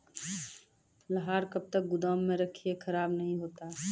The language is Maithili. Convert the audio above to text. लहार कब तक गुदाम मे रखिए खराब नहीं होता?